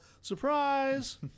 surprise